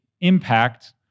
impact